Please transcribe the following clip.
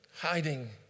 hiding